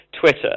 Twitter